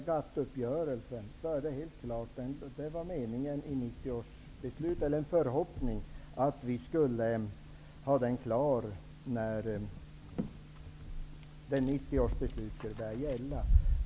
Det var en förhoppning i 1990 års beslut att GATT förhandlingarna skulle vara klara när beslutet skulle börja gälla.